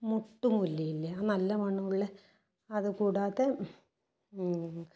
മൊട്ടു മുല്ലയില്ലേ ആ നല്ല മണമുള്ള അതുകൂടാതെ